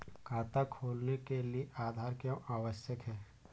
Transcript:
खाता खोलने के लिए आधार क्यो आवश्यक है?